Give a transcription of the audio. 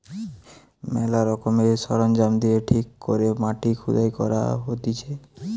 ম্যালা রকমের সরঞ্জাম দিয়ে ঠিক করে মাটি খুদাই করা হতিছে